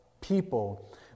people